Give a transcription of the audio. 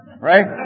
right